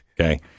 Okay